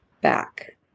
back